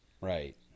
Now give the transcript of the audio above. Right